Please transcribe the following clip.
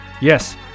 Yes